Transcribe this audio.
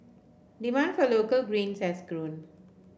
demand for local greens has grown